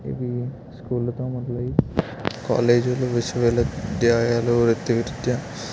ఇవి స్కూళ్ళతో మొదలయ్యి కాలేజీలు విశ్వవిద్యాలయాలు వృత్తి రీత్యా